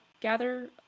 gather